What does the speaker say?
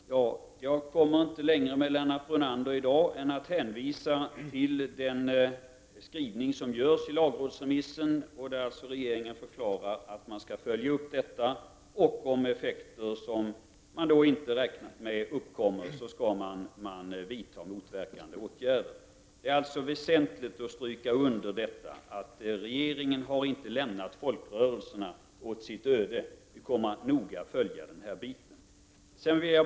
Herr talman! Jag kommer inte längre i diskussionen med Lennart Brunander i dag än att hänvisa till den skrivning som görs i lagrådsremissen, där regeringen förklarar att man skall följa upp detta och att om effekter som man inte räknat med uppkommer skall man vidta motverkande åtgärder. Det är väsentligt att understryka att regeringen således inte har lämnat folkrörelserna åt deras öde. Vi kommer att noga följa utvecklingen.